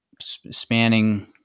spanning